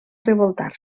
revoltar